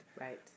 Right